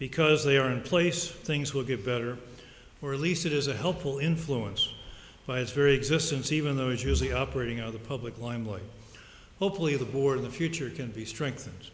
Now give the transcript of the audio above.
because they are in place things will get better or at least it is a helpful influence by its very existence even though it is the operating of the public limelight hopefully the board of the future can be strengthen